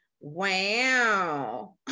Wow